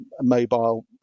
mobile